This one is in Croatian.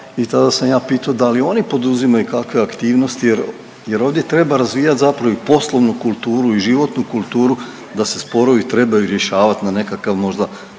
i tada sam ja pito da li oni poduzimaju kakve aktivnosti jer ovdje treba razvijat zapravo i poslovnu kulturu i životnu kulturu da se sporovi trebaju rješavat na nekakav možda